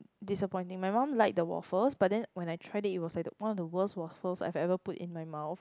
disappointing my mum like the waffles but then when I try it it was like the one of the worst waffles I have ever put in my mouth